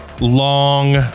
long